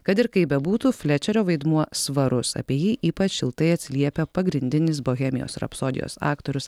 kad ir kaip bebūtų flečerio vaidmuo svarus apie jį ypač šiltai atsiliepia pagrindinis bohemijos rapsodijos aktorius